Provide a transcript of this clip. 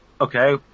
okay